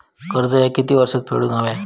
कर्ज ह्या किती वर्षात फेडून हव्या?